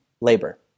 labor